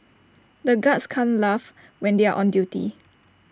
the guards can't laugh when they are on duty